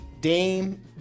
Dame